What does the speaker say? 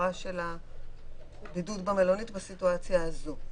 ההפרה של הבידוד במלונית בסיטואציה הזו.